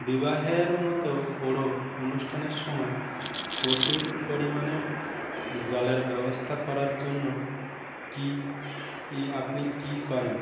বিবাহের মতো বড়ো অনুষ্ঠানের সময় প্রচুর পরিমাণের জলের ব্যবস্থা করার জন্য কি আপনি কী করেন